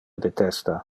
detesta